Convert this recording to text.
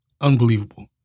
Unbelievable